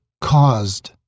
caused